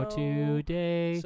today